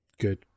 good